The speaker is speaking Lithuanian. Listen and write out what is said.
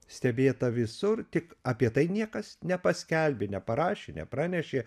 stebėta visur tik apie tai niekas nepaskelbė neparašė nepranešė